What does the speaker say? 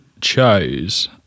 chose